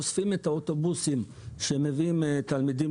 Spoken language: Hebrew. אוספים את האוטובוסים שמביאים תלמידים